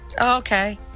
Okay